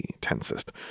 tensest